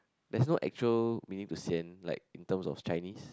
there's no actual meaning to sian like in terms of Chinese